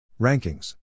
Rankings